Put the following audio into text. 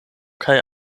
kaj